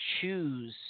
choose